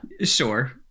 sure